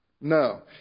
No